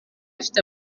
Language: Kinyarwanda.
ufite